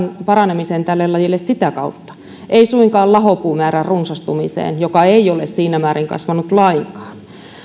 paranemiseen tälle lajille sitä kautta ei suinkaan lahopuumäärän runsastumiseen joka ei ole siinä määrin kasvanut lainkaan